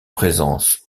présence